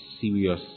serious